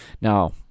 now